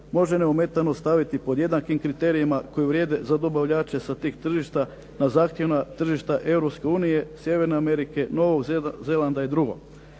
može neometano staviti pod jednakim kriterijima koji vrijede za dobavljače sa tih tržišta na zahtjevima tržišta Europske unije, Sjeverne Amerike, Novog Zelanda i drugo.